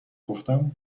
گفتم